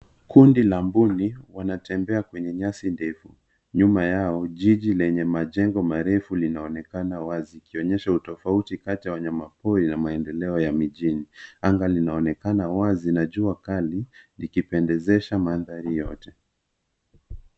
Kundi la mbuni wanatembea kwenye nyasi ndefu. Nyuma yao, jiji lenye majengo marefu linaonekana waz ikionyesha utofauti kati ya wanyama pori na maendeleo ya mijini. Anga linaonekana wazi na jua kali ikipendezesha mandhari yote.